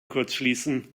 kurzschließen